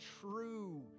true